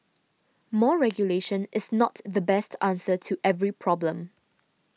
more regulation is not the best answer to every problem